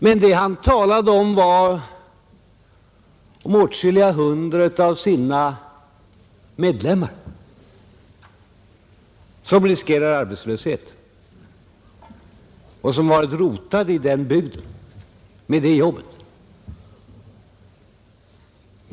Men han talade om de åtskilliga hundratal av sina medlemmar som riskerar arbetslöshet och som varit rotade och arbetat i den bygd det gäller.